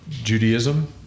Judaism